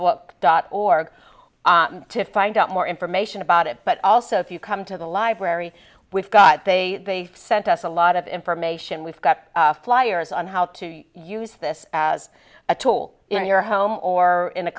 book dot org to find out more information about it but also if you come to the library we've got they sent us a lot of information we've got flyers on how to use this as a tool in your home or in a